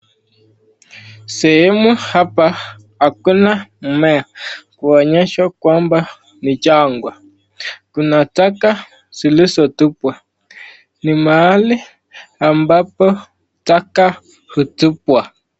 Sehemu hapa hakuna mmea kuonyesha kwamba ni jangwa. Kuna taka zilizotupwa, ni mahali ambapo taka utupwa.